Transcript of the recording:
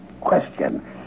question